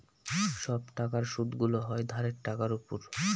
সব টাকার সুদগুলো হয় ধারের টাকার উপর